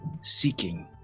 seeking